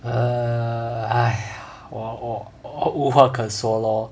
err !haiya! 我我我无话可说 lor